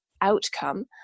outcome